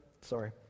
sorry